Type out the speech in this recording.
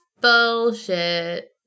bullshit